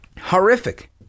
Horrific